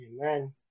Amen